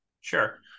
sure